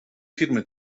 firmy